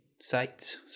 sites